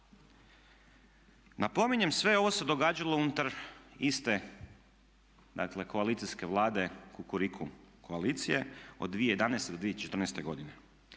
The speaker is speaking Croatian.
Napominjem sve ovo se događalo unutar iste dakle koalicijske Vlade Kukuriku koalicije od 2011. do 2014. godine.